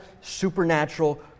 supernatural